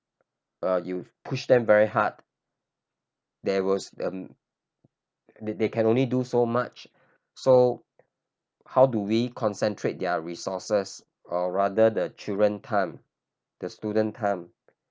ah you pushed them very hard there was err the~ they can only do so much so how do we concentrate their resources or rather the children time the student time